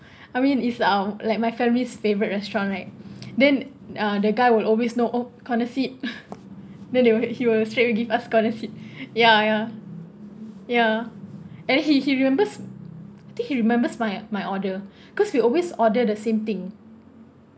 I mean it's like our like my family's favourite restaurant right then uh the guy will always know oh corner seat then they will he will straight away give us corner seat ya ya ya and he he remembers I think he remembers my my order cause we always order the same thing